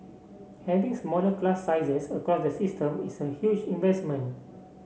having smaller class sizes across the system is a huge investment